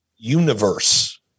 universe